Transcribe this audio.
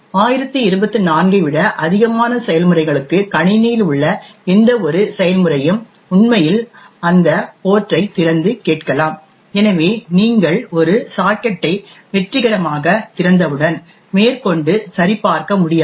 1024 ஐ விட அதிகமான செயல்முறைகளுக்கு கணினியில் உள்ள எந்தவொரு செயல்முறையும் உண்மையில் அந்த போர்ட் ஐ திறந்து கேட்கலாம் எனவே நீங்கள் ஒரு சாக்கெட்டை வெற்றிகரமாக திறந்தவுடன் மேற்கொண்டு சரிபார்க்க முடியாது